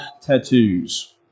tattoos